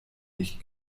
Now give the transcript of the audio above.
nicht